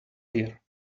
here